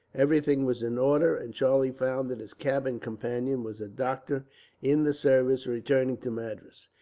everything was in order, and charlie found that his cabin companion was a doctor in the service, returning to madras.